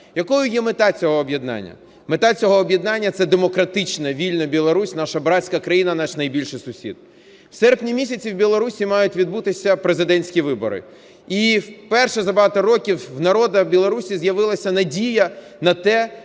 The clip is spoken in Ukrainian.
Якою є мета цього об'єднання? Мета цього об'єднання – це демократична вільна Білорусь, наша братська країна, наш найбільший сусід. В серпні місяці в Білорусі мають відбутися президентські вибори, і вперше за багато років в народу Білорусі з'явилася надія на те,